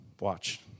Watch